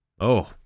Oh